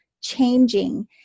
changing